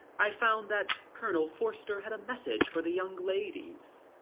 i found that colonel forster had a message for the young ladies.